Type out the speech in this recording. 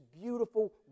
beautiful